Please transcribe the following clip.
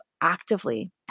actively